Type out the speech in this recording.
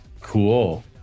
cool